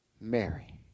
Mary